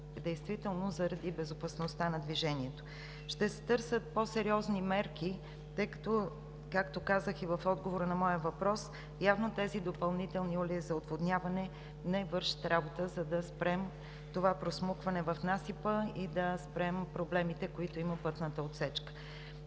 действително заради безопасността на движението. Ще се търсят по-сериозни мерки, тъй като, както казах и в отговора на моя въпрос, явно тези допълнителни улеи за отводняване не вършат работа, за да спрем това просмукване в насипа и да спрем проблемите, които има пътната отсечка.